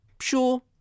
Sure